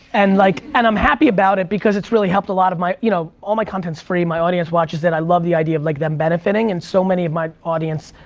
and like and i'm happy about it because it's really helped a lot of my, you know, all my content's free, my audience watches it, i love the idea of like them benefiting. and so many of my audience,